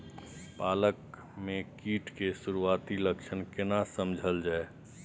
पालक में कीट के सुरआती लक्षण केना समझल जाय?